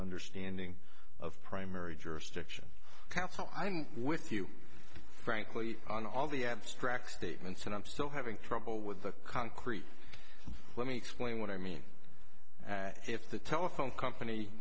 understanding of primary jurisdiction counsel i'm with you frankly on all the abstract statements and i'm still having trouble with the concrete let me explain what i mean if the telephone company